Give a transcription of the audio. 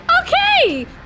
Okay